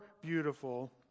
beautiful